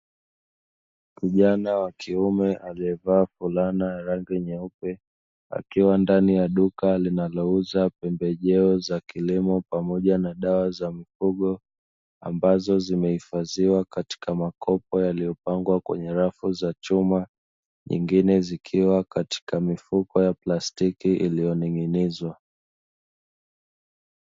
Kijana wa kiume aliyevaa fulana ya rangi nyeupe, akiwa ndani ya duka linalouza pembejeo za kilimo pamoja na dawa za mifugo, ambazo zimehifadhiwa katika makopo yaliyopangwa kwenye rafu za chuma, nyingine zikiwa katika mifuko ya plastiki iliyoning'inizwa.